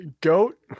Goat